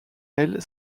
elle